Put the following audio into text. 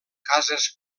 cases